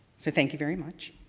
so thank you very much.